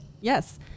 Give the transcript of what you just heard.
yes